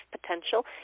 potential